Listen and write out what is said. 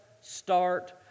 start